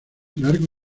largo